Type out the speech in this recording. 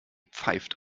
pfeift